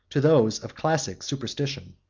to those of classic, superstition.